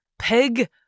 Pig